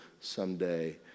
someday